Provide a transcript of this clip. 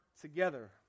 together